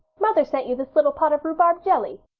mother sent you this little pot of rhubarb jelly,